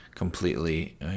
Completely